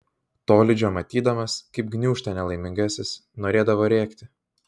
tolydžio matydamas kaip gniūžta nelaimingasis norėdavo rėkti